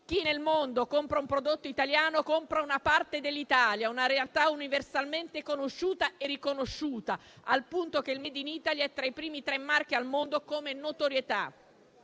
Chi nel mondo compra un prodotto italiano, compra una parte dell'Italia, una realtà universalmente conosciuta e riconosciuta, al punto che il *made in Italy* è tra i primi tre marchi al mondo come notorietà.